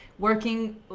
working